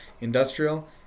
industrial